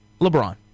LeBron